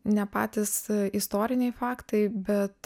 ne patys istoriniai faktai bet